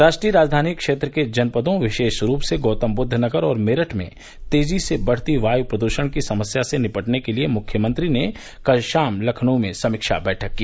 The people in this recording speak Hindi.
राष्ट्रीय राजधानी क्षेत्र के जनपदों विशेष रूप से गौतमबुद्वनगर और मेरठ में तेजी से बढ़ती वायु प्रदूषण की समस्या से निपटने के लिए मुख्यमंत्री ने कल शाम लखनऊ में समीक्षा बैठक की